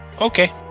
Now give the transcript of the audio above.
Okay